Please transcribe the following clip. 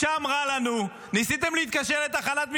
שם רע לנו, ניסיתם להתקשר לתחנת משטרה?